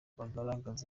bagaragaza